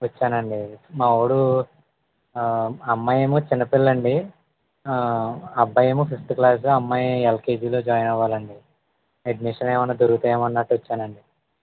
వచ్చానండి మా వాడు అమ్మాయి ఏమో చిన్నపిల్లండి అబ్బాయి ఏమో ఫిఫ్త్ క్లాస్ అమ్మాయి ఎల్కేజీలో జాయిన్ అవ్వాలండి అడ్మిషన్ ఏమైనా దొరుకుతాయేమో అన్నట్టు వచ్చానండి